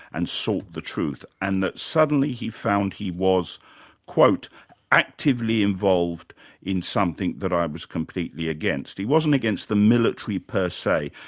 and sought the truth, and that suddenly he found he was actively involved in something that i was completely against. he wasn't against the military per se,